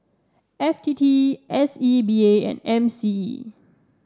F T T S E B A and M C E